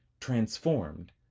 transformed